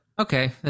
okay